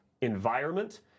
environment